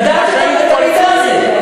לדעת את הנושא הזה,